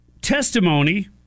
testimony